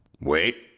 Wait